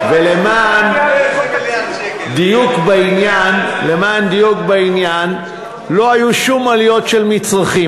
ולמען דיוק בעניין, לא היו שום עליות במצרכים.